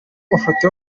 mafoto